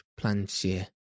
plantier